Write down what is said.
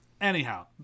Anyhow